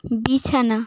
বিছানা